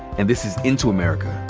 and this is into america.